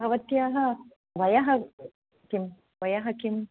भवत्याः वयः किं वयः किम्